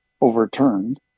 overturned